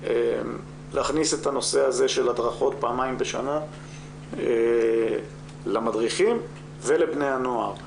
להכניס את הנושא של הדרכות פעמיים בשנה למדריכים ולבני הנוער.